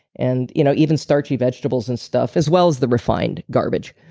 and you know even starchy vegetables and stuff, as well as the refined garbage.